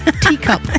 Teacup